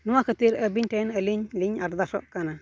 ᱱᱚᱣᱟ ᱠᱷᱟᱹᱛᱤᱨ ᱟᱹᱵᱤᱱ ᱴᱷᱮᱱ ᱟᱹᱞᱤᱧ ᱞᱤᱧ ᱟᱨᱫᱟᱥᱚᱜ ᱠᱟᱱᱟ